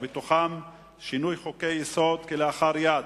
ובתוכה שינוי חוקי-יסוד כלאחר יד,